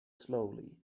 slowly